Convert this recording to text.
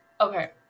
Okay